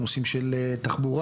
נושאים של תחבורה,